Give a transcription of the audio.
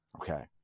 okay